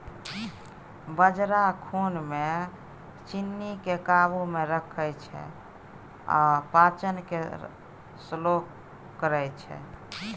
बजरा खुन मे चीन्नीकेँ काबू मे रखै छै आ पाचन केँ स्लो करय छै